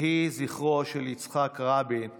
יהי זכרו של יצחק רבין ברוך.